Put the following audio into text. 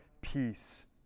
peace